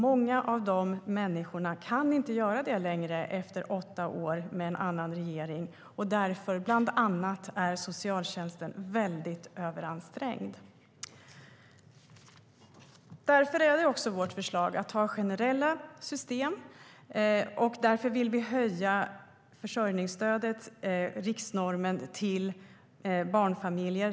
Många av de människorna kan efter åtta år med en annan regering inte längre göra det, och bland annat därför är socialtjänsten väldigt överansträngd. Därför är det vårt förslag att ha generella system, och därför vill vi höja riksnormen för försörjningsstöd till barnfamiljer.